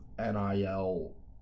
NIL